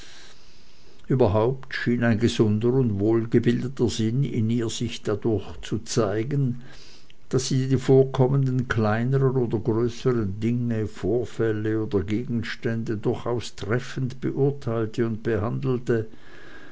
überhaupt schien ein gesunder und wohldurchgebildeter sinn in ihr sich mehr dadurch zu zeigen daß sie die vorkommenden kleineren oder größeren dinge vorfälle oder gegenstände durchaus zutreffend beurteilte und behandelte